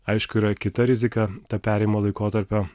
aišku yra kita rizika ta perėjimo laikotarpio